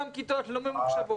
אותן כיתות לא ממוחשבות,